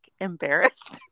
embarrassed